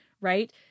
right